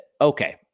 okay